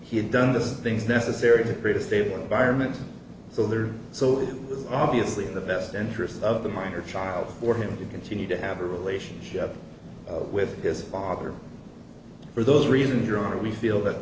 he had done the things necessary to create a stable environment so that are so obviously in the best interests of the minor child for him to continue to have a relationship with his father for those reasons your honor we feel that